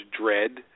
dread